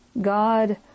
God